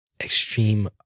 extreme